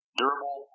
durable